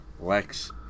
Lex